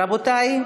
רבותי,